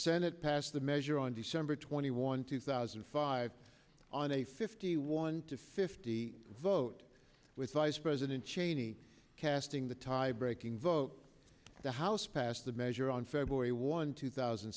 senate passed the measure on december twenty one two thousand and five on a fifty one to fifty vote with vice president cheney casting the tie breaking vote the house passed the measure on feb one two thousand